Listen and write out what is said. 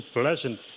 pleasant